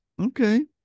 Okay